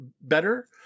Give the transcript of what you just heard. better